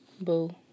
Boo